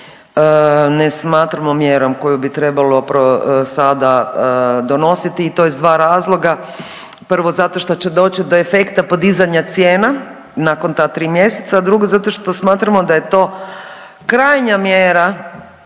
ne smatramo mjerom koju bi trebalo sada donositi i to iz dva razloga, prvo zato što će doći do efekta podizanja cijena nakon ta 3 mjeseca, a drugo zato što smatramo da je to krajnja mjera